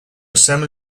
semi